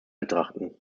betrachten